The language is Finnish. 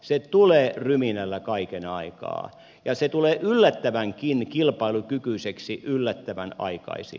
se tulee ryminällä kaiken aikaa ja se tulee yllättävänkin kilpailukykyiseksi yllättävän aikaisin